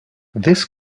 this